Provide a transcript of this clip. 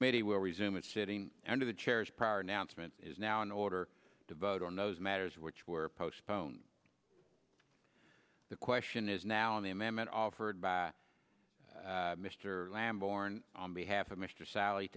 maybe we'll resume it sitting under the chairs prior announcement is now in order to vote on those matters which were postponed the question is now in the amendment offered by mr lamb born on behalf of mr sall